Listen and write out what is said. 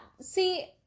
See